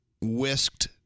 whisked